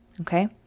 Okay